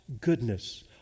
goodness